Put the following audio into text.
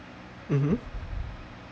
mmhmm